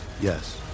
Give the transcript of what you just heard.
Yes